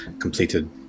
completed